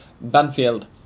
Banfield